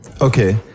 Okay